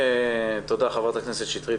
תודה חברת הכסת שטרית.